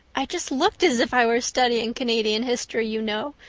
i just looked as if i were studying canadian history, you know,